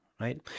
right